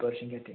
persian cat